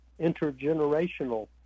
intergenerational